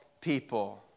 people